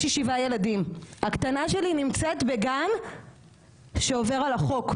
הילדים לא יודעים לאיזו גננת יש תואר או אין תואר,